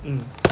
mm